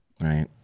Right